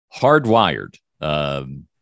hardwired